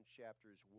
chapters